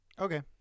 Okay